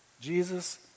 Jesus